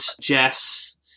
Jess